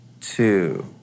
two